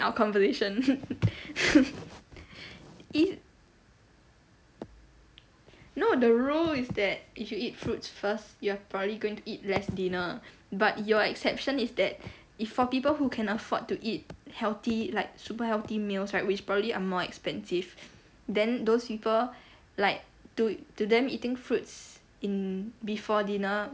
our conversation i~ no the rule is that if you eat fruits first you're probably going to eat less dinner but your exception is that if for people who can afford to eat healthy like super healthy meals right which probably are more expensive then those people like t~ to them eating fruits in before dinner